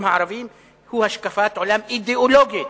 הערביים היא השקפת עולם אידיאולוגית,